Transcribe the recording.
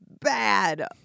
bad